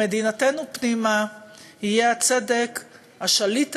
במדינתנו פנימה יהיה הצדק השליט העליון,